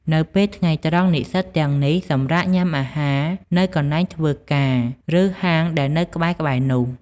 នៅពេលថ្ងៃត្រង់ និស្សិតទាំងនេះ សម្រាកញ៉ាំអាហារ នៅកន្លែងធ្វើការ ឬហាងដែលនៅក្បែរៗនោះ។